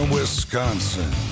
Wisconsin